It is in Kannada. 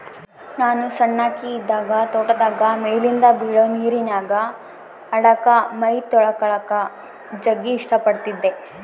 ನಾನು ಸಣ್ಣಕಿ ಇದ್ದಾಗ ತೋಟದಾಗ ಮೇಲಿಂದ ಬೀಳೊ ನೀರಿನ್ಯಾಗ ಆಡಕ, ಮೈತೊಳಕಳಕ ಜಗ್ಗಿ ಇಷ್ಟ ಪಡತ್ತಿದ್ದೆ